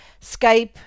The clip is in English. Skype